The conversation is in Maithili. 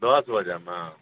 दश बजेमे